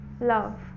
love